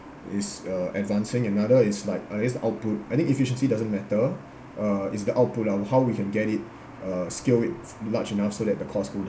is uh advancing another is like uh its output I mean efficiency doesn't matter uh is the output on how we can get it uh scale it large enough so that the cost would